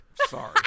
Sorry